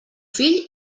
fill